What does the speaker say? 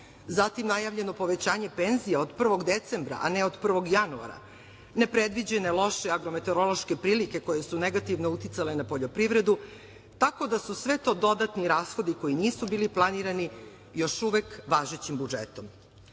zatim najavljeno povećanje penzija od 1. decembra, a ne od 1. januara, ne predviđene loše agrometeorološke prilike koje su negativno uticale na poljoprivredu tako da su sve to dodatni rashodi koji nisu bili planirani još uvek važećim budžetom. Velika